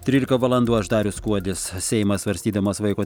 trylika valandų aš darius kuodis seimas svarstydamas vaiko